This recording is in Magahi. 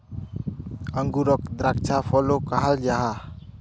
अन्गूरोक द्राक्षा फलो कहाल जाहा